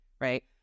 Right